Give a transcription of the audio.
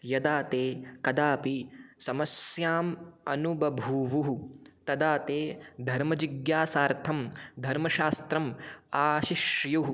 यदा ते कदापि समस्याम् अनुबभूवुः तदा ते धर्मजिज्ञासार्थं धर्मशास्त्रम् आशिश्युयुः